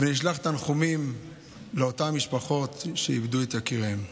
ונשלח תנחומים לאותן משפחות שאיבדו את יקיריהן.